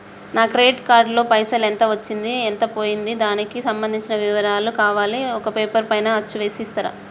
నా credit card లో పైసలు ఎంత వచ్చింది ఎంత పోయింది దానికి సంబంధించిన వివరాలు కావాలి ఒక పేపర్ పైన అచ్చు చేసి ఇస్తరా?